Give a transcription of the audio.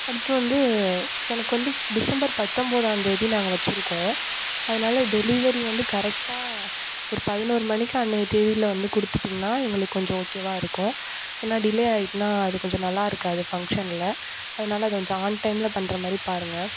அடுத்து வந்து எனக்கு வந்து டிசம்பர் பத்தொம்பதாம் தேதி நாங்கள் வச்சிருக்கோம் அதனால டெலிவரி வந்து கரெக்டாக ஒரு பதினொறு மணிக்கு அன்றைய தேதியில் வந்து கொடுத்துட்டீங்னா எங்களுக்கு கொஞ்சம் ஓகேவாக இருக்கும் ஏன்னா டிலே ஆகிட்னா அது கொஞ்சம் நல்லா இருக்காது ஃபங்க்ஷனில் அதனால அது கொஞ்சம் ஆன் டைமில் பண்ணுற மாதிரி பாருங்கள்